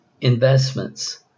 investments